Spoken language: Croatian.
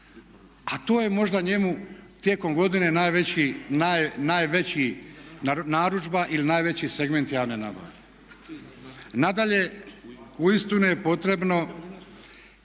A to je možda njemu tijekom godine najveća narudžba ili najveći segment javne nabave. Nadalje, uistinu je potrebno